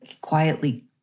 quietly